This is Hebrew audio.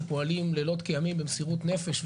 שפועלים לילות כימים במסירות נפש.